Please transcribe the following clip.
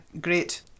great